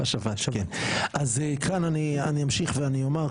אז כאן אני אמשיך ואני אומר,